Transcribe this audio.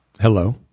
Hello